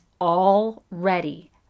already